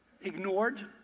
ignored